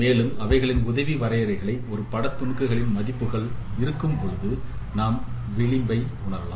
மேலும் அவைகளின் உதவி வரையறைகளை ஒரே பட துணுக்குகளின் மதிப்புகள் இருக்கும்போது நாம் விளிம்பை உருவாக்கலாம்